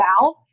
valve